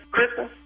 Kristen